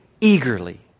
eagerly